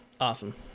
awesome